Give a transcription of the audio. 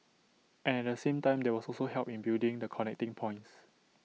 and at the same time there was also help in building the connecting points